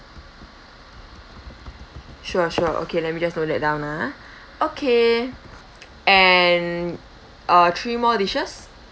sure sure okay let me just note that down ah okay and uh three more dishes